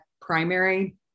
primary